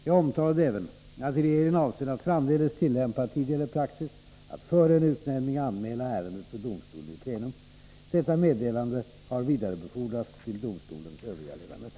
Jag omtalade även att regeringen avser att framdeles tillämpa tidigare praxis att före en utnämning anmäla ärendet för domstolen i plenum. Detta meddelande har vidarebefordrats till domstolens övriga ledamöter.